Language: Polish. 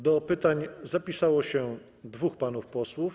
Do pytań zapisało się dwóch panów posłów.